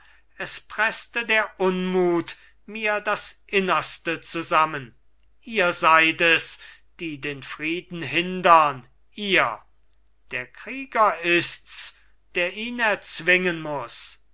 es preßte der unmut mir das innerste zusammen ihr seid es die den frieden hindern ihr der krieger ists der ihn erzwingen muß